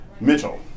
Mitchell